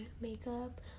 makeup